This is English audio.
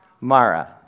Mara